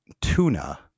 tuna